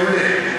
מעולה.